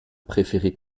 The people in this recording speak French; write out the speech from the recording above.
préféré